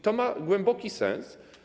To ma głęboki sens.